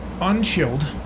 unchilled